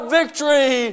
victory